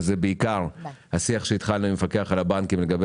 וזה בעיקר השיח שהתחלנו עם המפקח על הבנקים לגבי